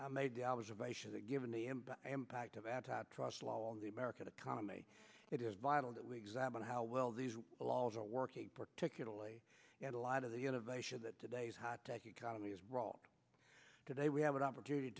i made the observation that given the impact of antitrust law on the american economy it is vital that we examine how well these laws are working particularly and a lot of the innovation that today's high tech economy is role today we have an opportunity